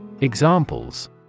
Examples